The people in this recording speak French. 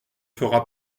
fera